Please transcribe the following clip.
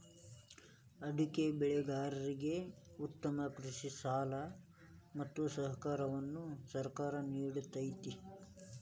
ಅಡಿಕೆ ಬೆಳೆಗಾರರಿಗೆ ಉತ್ತಮ ಕೃಷಿ ಸಲಹೆ ಮತ್ತ ಸಹಕಾರವನ್ನು ಸರ್ಕಾರ ನಿಡತೈತಿ